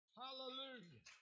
hallelujah